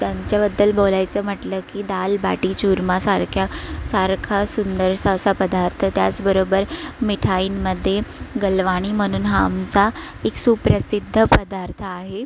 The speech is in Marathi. त्यांच्याबद्दल बोलायचं म्हटलं की दाल बाटी चुरमा सारक्या सारखा सुंदरसा असा पदार्थ त्याचबरोबर मिठाईमध्ये गलवाणी म्हणून हा आमचा एक सुप्रसिद्ध पदार्थ आहे